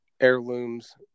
heirlooms